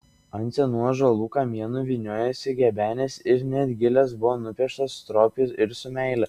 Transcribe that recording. ant senų ąžuolų kamienų vyniojosi gebenės ir net gilės buvo nupieštos stropiai ir su meile